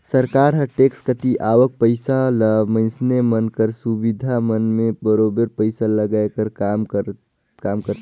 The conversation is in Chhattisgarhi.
सरकार हर टेक्स कती आवक पइसा ल मइनसे मन कर सुबिधा मन में बरोबेर पइसा लगाए कर काम करथे